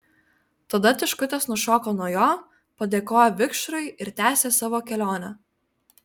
tada tiškutės nušoko nuo jo padėkojo vikšrui ir tęsė savo kelionę